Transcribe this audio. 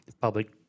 Public